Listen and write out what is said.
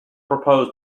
propose